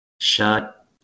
Shut